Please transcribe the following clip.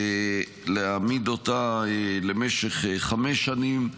להעמיד אותה לחמש שנים,